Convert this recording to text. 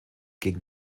gegen